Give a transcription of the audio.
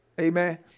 Amen